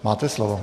Máte slovo.